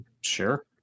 sure